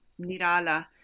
Nirala